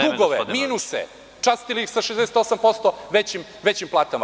Dugove, minuse, častili sa 68% većim platama.